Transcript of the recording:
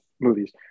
movies